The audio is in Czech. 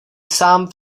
sám